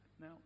Now